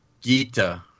Gita